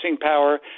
power